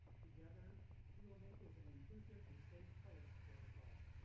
together, we will make this an inclusive and safe place for us all.